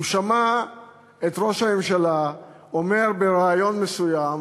הוא שמע את ראש הממשלה אומר בריאיון מסוים